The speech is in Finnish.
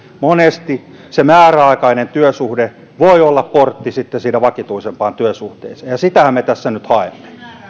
monesti se määräaikainen työsuhde voi olla portti sitten siihen vakituisempaan työsuhteeseen ja ja sitähän me tässä nyt haemme